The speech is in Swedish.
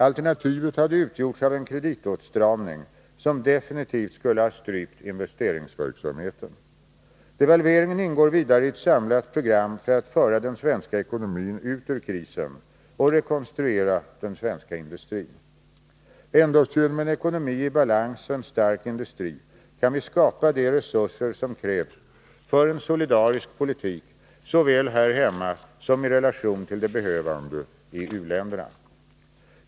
Alternativet hade utgjorts av en kreditåtstramning som definitivt skulle ha strypt investeringsverksamheten. Devalveringen ingår vidare i ett samlat program för att föra den svenska ekonomin ut ur krisen och rekonstruera den svenska industrin. Endast genom en ekonomi i balans och en stark industri kan vi skapa de resurser som krävs för en solidarisk politik såväl här hemma som i relation till de behövande i u-länderna.